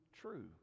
true